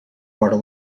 water